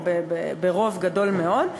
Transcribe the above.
או ברוב גדול מאוד,